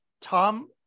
Tom